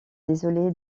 désolé